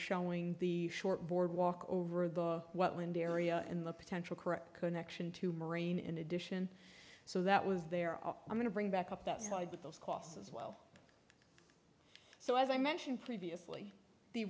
showing the short boardwalk over the wind area and the potential correct connection to marine in addition so that was there i'm going to bring back up that side with those costs as well so as i mentioned previously the